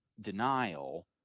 denial